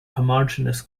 homogeneous